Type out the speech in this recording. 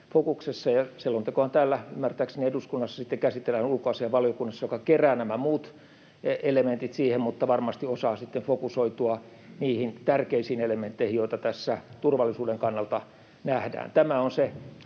fokuksessa. Selontekoa täällä eduskunnassa ymmärtääkseni sitten käsitellään ulkoasiainvaliokunnassa, joka kerää nämä muut elementit siihen, mutta varmasti osaa sitten fokusoitua niihin tärkeisiin elementteihin, joita tässä turvallisuuden kannalta nähdään. Tämä on se